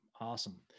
Awesome